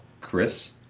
Chris